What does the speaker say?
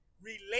relate